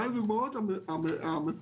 אחת הדוגמאות המפורסמות